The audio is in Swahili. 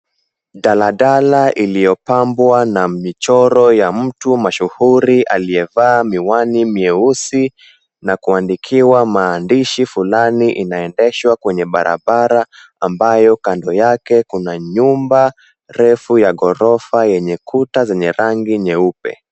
Daladala iliyopambwa na michoro ya mtu mashuhuri aliyevaa miwani meusi na kuandikiwa maandishi fulani inaendeshwa kwenye barabara ambayo kando yake kuna nyumba refu ya ghorofa yenye kuta zenye rangi nyeupe.